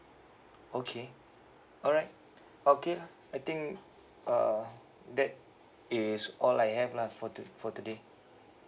okay alright okay lah I think uh that is all I have lah for to~ for today